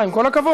מה, עם כל הכבוד.